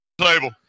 table